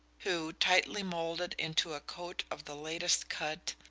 who, tightly moulded into a coat of the latest cut,